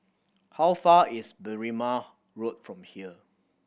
how far is Berrima Road from here